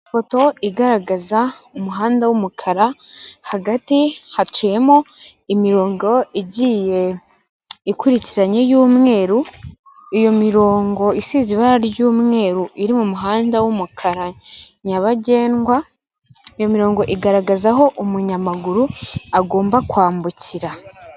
Ifoto igaragaza umuhanda w'umukara hagati haciyemo imirongo igiye ikurikiranye y'umweru, iyo mirongo isize ibara ry'umweru iri mu muhanda w'umukara nyabagendwa, iyo mirongo igaragaza aho umunyamaguru agomba kwambukira.